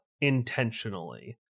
intentionally